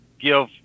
give